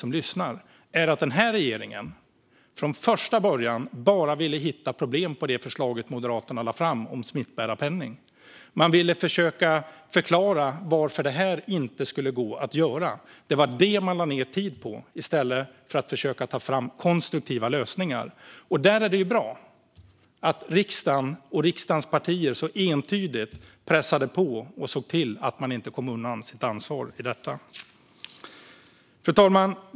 Sanningen är dock att den här regeringen från första början bara ville hitta problem med det förslag om smittbärarpenning som Moderaterna lade fram. Man ville försöka förklara varför det inte skulle gå. Det lade man ned tid på, i stället för att försöka ta fram konstruktiva lösningar. Det är bra att riksdagen och riksdagens partier entydigt pressade på och såg till att man inte kom undan sitt ansvar. Fru talman!